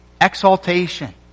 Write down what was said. exaltation